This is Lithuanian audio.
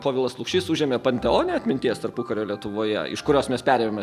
povilas lukšys užėmė panteone atminties tarpukario lietuvoje iš kurios mes perėmėme